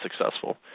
successful